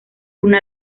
una